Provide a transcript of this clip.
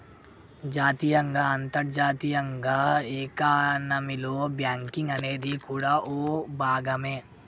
జాతీయంగా అంతర్జాతీయంగా ఎకానమీలో బ్యాంకింగ్ అనేది కూడా ఓ భాగమే